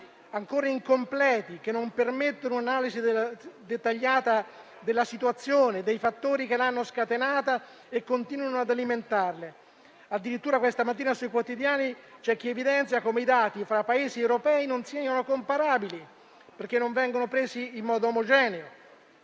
ancora incompleti e che non permettono un'analisi dettagliata della situazione, dei fattori che l'hanno scatenata e continuano ad alimentarla. Addirittura questa mattina sui quotidiani c'è chi evidenzia come i dati fra i Paesi europei non siano comparabili, perché non vengono presi in modo omogeneo.